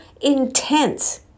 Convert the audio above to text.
intense